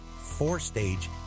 four-stage